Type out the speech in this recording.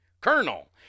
colonel